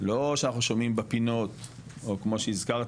לא שאנחנו שומעים בפינות או כמו שהזכרת,